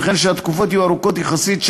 וכן שהתקופות יהיו ארוכות יחסית,